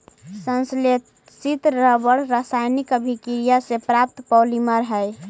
संश्लेषित रबर रासायनिक अभिक्रिया से प्राप्त पॉलिमर हइ